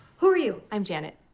who are you? i'm janet.